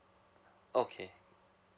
okay